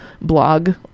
blog